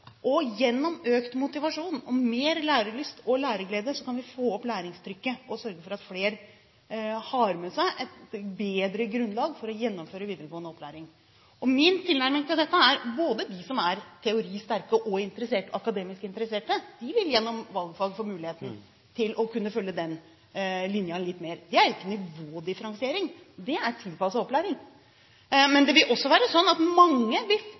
Gjennom økt motivasjon, mer lærelyst og læreglede kan vi få opp læringstrykket og sørge for at flere har med seg et bedre grunnlag for å gjennomføre videregående opplæring. Min tilnærming til dette er at også de som er teoristerke og akademisk interesserte, gjennom valgfag vil få muligheten til å kunne følge den linjen litt mer. Det er ikke nivådifferensiering, det er tilpasset opplæring. Men mange vil også tilegne seg teoretiske kunnskaper gjennom en praktisk inngang på en bedre måte. Dette vil